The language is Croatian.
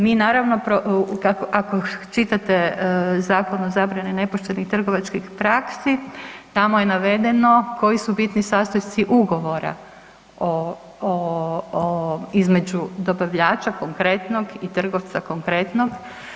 Mi naravno, ako čitate Zakon o zabrani nepoštenih trgovačkih praksi, tamo je navedeno koji su bitni sastojci ugovora o između dobavljača konkretnog i trgovca konkretnog.